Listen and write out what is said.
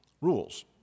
Rules